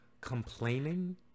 Complaining